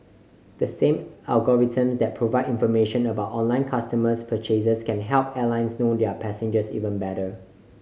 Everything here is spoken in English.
the same algorithms that provide information about online consumer purchases can help airlines know their passengers even better